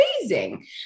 amazing